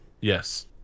Yes